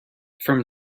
from